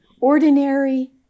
ordinary